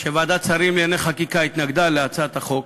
שוועדת השרים לענייני חקיקה התנגדה להצעת החוק